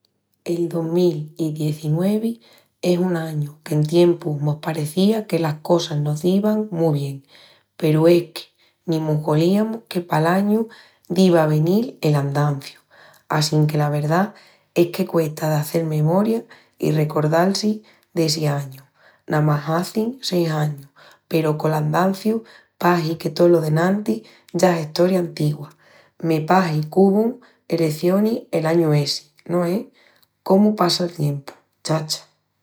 El dos mil i dezinuevi es un añu qu'en tiempus mos parecía que las cosas no divan mu bien peru es que ni mos goliamus que pal añu diva a venil el andanciu. Assinque la verdá es que cuesta de hazel memoria i recordal-si d'essi añu. Namás hazin seis añus peru col andanciu pahi que tolo d'enantis ya es estoria antigua. Me pahi qu'uvun elecionis el añu essi, no es? Cómu passa'l tiempu, chacha!